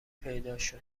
پیداشد